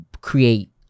create